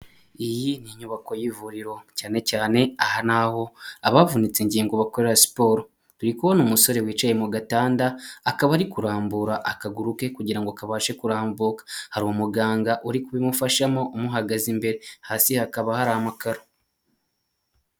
Iyi nyubako y'ivuriro cyane cyane aha ni abavunitse ingingo bakora siporo, turi kubona umusore wicaye mu gatanda akaba ari kurambura akaguru ke kugira ngo kabashe kurambuka, hari umuganga uri kubimufashamo umuhagaze imbere hasi hakaba hari amakaro.